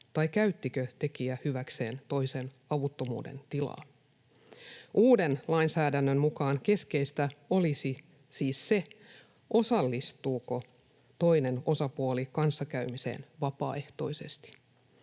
tai käyttikö tekijä hyväkseen toisen avuttomuuden tilaa. Uuden lainsäädännön mukaan keskeistä olisi siis se, osallistuuko toinen osapuoli kanssakäymiseen vapaaehtoisesti.